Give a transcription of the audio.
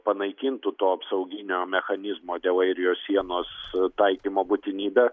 panaikintų to apsauginio mechanizmo dėl airijos sienos taikymo būtinybę